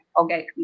okay